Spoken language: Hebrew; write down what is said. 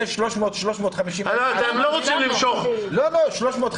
לכן אני אומר שיש -- אתם לא רוצים למשוך ----- יש 300,000,